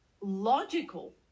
logical